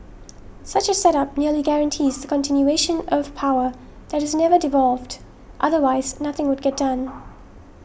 such a setup nearly guarantees the continuation of power that is never devolved otherwise nothing would get done